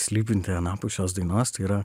slypinti anapus šios dainos tai yra